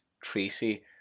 Tracy